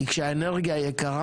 כי כשהאנרגיה יקרה,